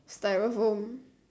styrofoam